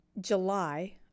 July